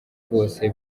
bose